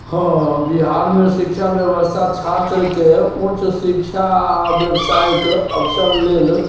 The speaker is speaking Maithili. हँ बिहार मे शिक्षा व्यवस्था छात्र के ऊच्च शिक्षा आ व्यवसाय के अवसर लेल